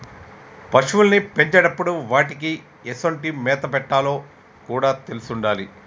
పశువుల్ని పెంచేటప్పుడు వాటికీ ఎసొంటి మేత పెట్టాలో కూడా తెలిసుండాలి